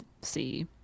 see